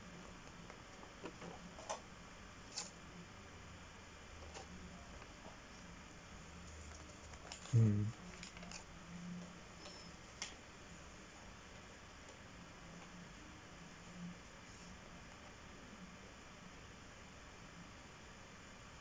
hmm